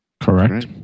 Correct